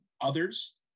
others